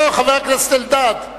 חבר הכנסת אלדד.